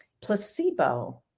Placebo